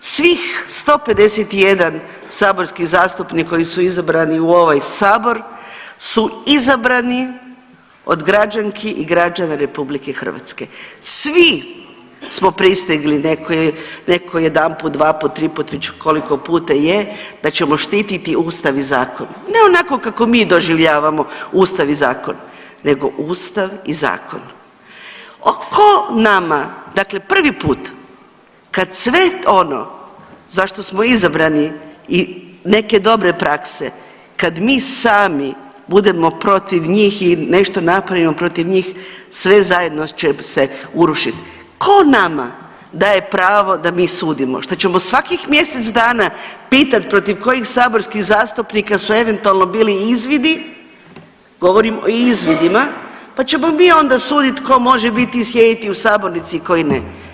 Svih 151 saborski zastupnik koji su izabrani u ovaj sabor su izabrani od građanki i građana RH, svi smo prisegli, neko jedanput, dvaput, triput, već koliko puta je da ćemo štititi ustav i zakon, ne onako kako mi doživljavamo ustav i zakon nego ustav i zakon… [[Govornik se ne razumije]] Dakle, prvi put kad sve ono za što smo izabrani i neke dobre prakse kad mi sami budemo protiv njih i nešto napravimo protiv njih sve zajedno će se urušit, ko nama daje pravo da mi sudimo, što ćemo svakih mjesec dana pitat protiv kojih saborskih zastupnika su eventualno bili izvidi, govorim o izvidima, pa ćemo mi onda sudit ko može biti i sjediti u sabornici i koji ne.